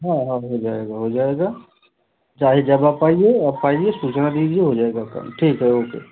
हाँ हाँ जो जाएगा हो जाएगा चाहे जब आप आइए आप आइए सूचना दीजिए हो जाएगा काम ठीक है ओके